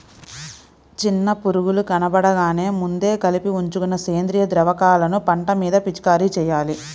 చిన్న పురుగులు కనబడగానే ముందే కలిపి ఉంచుకున్న సేంద్రియ ద్రావకాలను పంట మీద పిచికారీ చెయ్యాలి